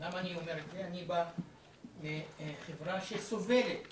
אני בא מחברה שסובלת